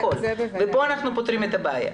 כאן אנחנו פותרים את הבעיה.